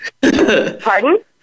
Pardon